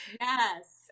Yes